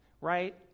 right